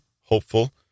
hopeful